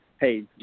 hey